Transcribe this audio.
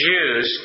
Jews